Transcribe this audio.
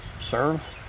serve